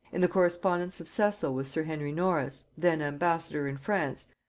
in the correspondence of cecil with sir henry norris, then ambassador in france,